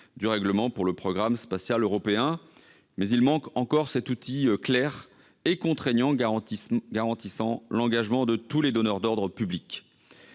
-du règlement pour le programme spatial européen. Toutefois, il manque encore l'outil clair et contraignant garantissant l'engagement de tous les donneurs d'ordre publics.